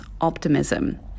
optimism